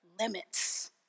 limits